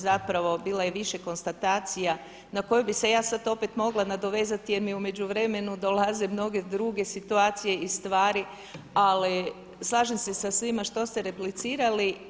Zapravo bilo je i više konstatacija na koju bih se ja sada opet mogla nadovezati jer mi u međuvremenu dolaze mnoge druge situacije i stvari ali slažem se sa svima što ste replicirali.